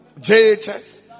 JHS